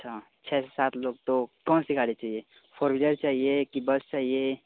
अच्छा छः से सात लोग तो कौन सी गाड़ी चाहिए फोर व्हीलर चाहिए कि बस चाहिए